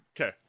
okay